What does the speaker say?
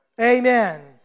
Amen